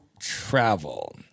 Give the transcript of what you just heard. travel